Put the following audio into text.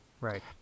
Right